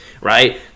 right